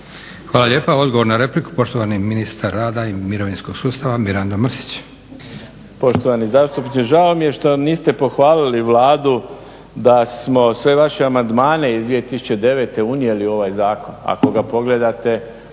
Hvala lijepa. Odgovor na repliku poštovani ministar rada i mirovinskog sustava, Mirando Mrsić.